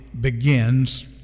begins